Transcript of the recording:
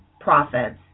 profits